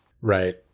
Right